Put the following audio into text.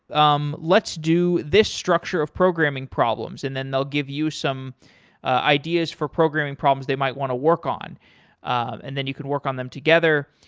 um let's do this structure of programming problems, and then they'll give you some ideas for programming problems they might want to work on and then you could work on them together.